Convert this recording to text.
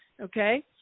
okay